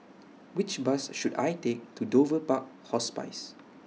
Which Bus should I Take to Dover Park Hospice